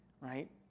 right